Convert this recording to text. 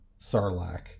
sarlacc